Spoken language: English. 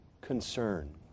concern